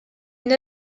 une